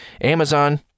Amazon